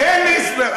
תן לי הסבר.